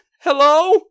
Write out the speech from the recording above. Hello